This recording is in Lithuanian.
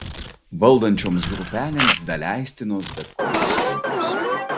valdančioms grupelėms daleistinos bet kokios aukos